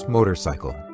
Motorcycle